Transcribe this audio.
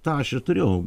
tą aš turiu